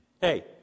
Hey